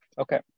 Okay